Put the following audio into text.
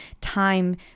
time